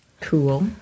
Cool